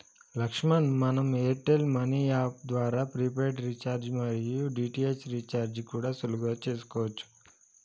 లక్ష్మణ్ మనం Airtel money app ద్వారా prepaid recharge మరియు డి.టి.హెచ్ రీఛార్జి కూడా సులువుగా చేసుకోవచ్చు